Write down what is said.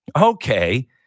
okay